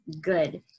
good